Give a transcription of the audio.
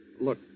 Look